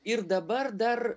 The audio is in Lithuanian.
ir dabar dar